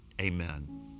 Amen